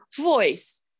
voice